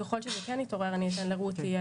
ככל שזה כן יתעורר, אני אתן לרותי.